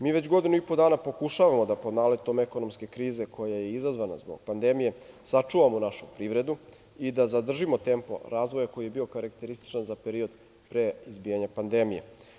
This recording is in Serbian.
Mi već godinu i po dana pokušavamo da pod naletom ekonomske krize, koja je izazvana zbog pandemije, sačuvamo našu privredu i da zadržimo tempo razvoja koji je bio karakterističan za period pre izbijanja pandemije.